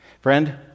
Friend